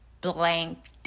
blanked